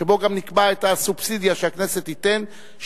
שבו גם נקבע את הסובסידיה שהכנסת תיתן,